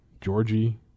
Georgie